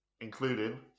Including